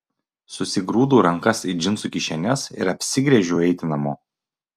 susigrūdau rankas į džinsų kišenes ir apsigręžiau eiti namo